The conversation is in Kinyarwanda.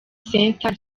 center